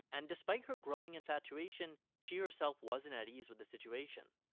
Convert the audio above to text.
and despite her growing infatuation, she herself wasn't at ease with the situation.